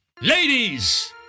Ladies